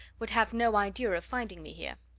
would have no idea of finding me here.